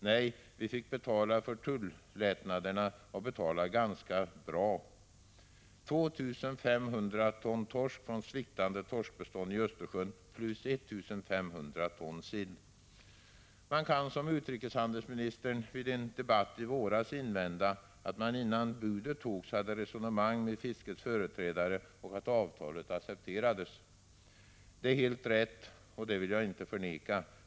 Nej, vi fick betala för tullättnaderna och betala ganska bra — 2 500 ton torsk från sviktande torskbestånd i Östersjön plus 1 500 ton sill. Man kan, som utrikeshandelsministern gjorde i en debatt i våras, invända att det innan budet togs fördes resonemang med fiskets företrädare och att avtalet accepterades. Det är helt rätt, och det vill jag inte förneka.